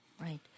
Right